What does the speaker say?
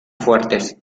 fuertes